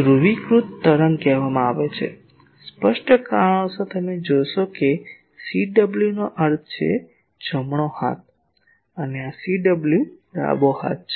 ધ્રુવીકૃત તરંગ કહેવામાં આવે છે સ્પષ્ટ કારણોસર તમે જોશો કે CW નો અર્થ છે જમણો હાથ અને આ CW ડાબો હાથ છે